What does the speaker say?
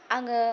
आङो